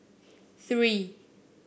three